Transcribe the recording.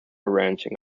ranching